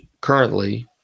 currently